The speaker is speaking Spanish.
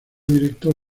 director